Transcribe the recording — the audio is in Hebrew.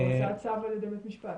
הוצאת צו על ידי בית משפט?